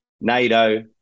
NATO